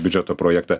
biudžeto projektą